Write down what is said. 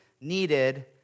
needed